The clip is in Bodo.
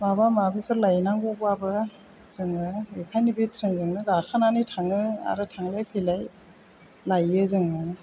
माबा माबिफोर लायनांगौबाबो जोङो बेखायनो बे ट्रेनजोंनो गाखोनानै थाङो आरो थांलाय फैलाय लायो जोङो